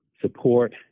support